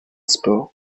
sport